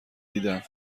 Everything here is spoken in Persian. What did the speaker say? دیدم